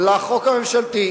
החוק הממשלתי.